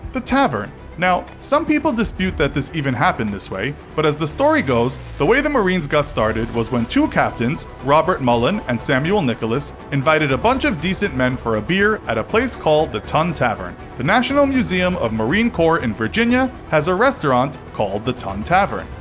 the tavern now, some people dispute that this even happened this way. but as the story goes, the way the marines got started was when two captains, robert mullan and samuel nicholas, invited a bunch of decent men for a beer at a place called the tun tavern. the national museum of marine corps in virginia has a restaurant called the tavern.